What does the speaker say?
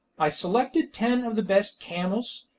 i selected ten of the best camels,